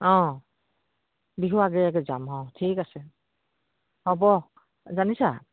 অঁ বিহু আগে আগে যাম অঁ ঠিক আছে হ'ব জানিছা